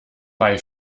bei